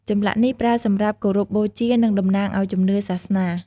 ចម្លាក់នេះប្រើសម្រាប់គោរពបូជា និងតំណាងឲ្យជំនឿសាសនា។